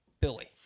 Billy